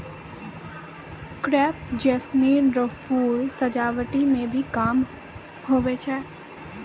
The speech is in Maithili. क्रेप जैस्मीन रो फूल सजावटी मे भी काम हुवै छै